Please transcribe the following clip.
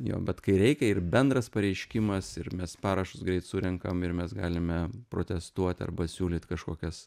jo bet kai reikia ir bendras pareiškimas ir mes parašus greit surenkam ir mes galime protestuoti arba siūlyt kažkokias